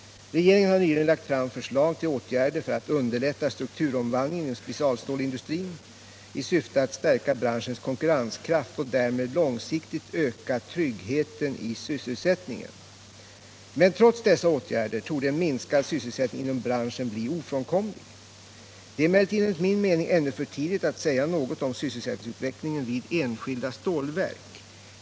Regeringen har nyligen lagt fram förslag til! åtgärder för att underlätta strukturomvandlingen inom specialstålindustrin i syfte att stärka branschens konkurrenskraft och därmed långsiktigt öka tryggheten i sysselsättningen. Men trots dessa åtgärder torde en minskad sysselsättning inom branschen bli ofrånkomlig. Det är emellertid enligt min mening ännu för tidigt att säga något om sysselsättningsutvecklingen vid enskilda stålverk.